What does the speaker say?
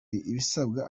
ibisabwa